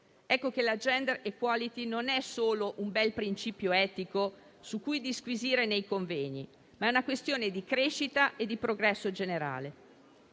Ecco che la *gender equality* non è solo un bel principio etico su cui disquisire nei convegni, ma anche una questione di crescita e di progresso generale.